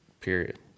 Period